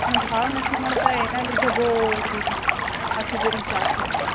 પણ ભાવ નથી મળતા એના લીધે બોવ ઉલૂ આખું પેલુ ચાલતું છે